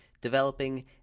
developing